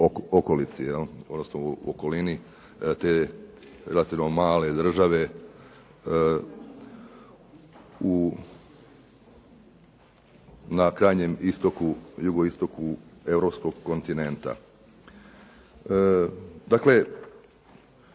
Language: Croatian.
okolici, odnosno u okolini te relativno male države na krajnjem jugoistoku Europskog kontinenta. Dakle,